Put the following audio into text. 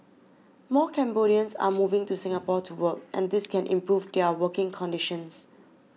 more Cambodians are moving to Singapore to work and this can improve their working conditions